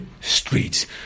streets